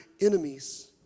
enemies